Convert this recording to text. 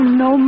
no